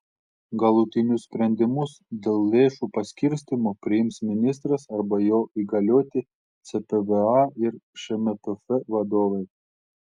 galutinius sprendimus dėl lėšų paskirstymo priims ministras arba jo įgalioti cpva ir šmpf vadovai